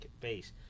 base